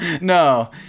no